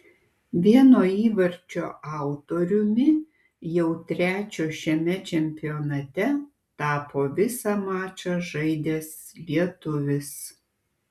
vieno įvarčio autoriumi jau trečio šiame čempionate tapo visą mačą žaidęs lietuvis